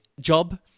job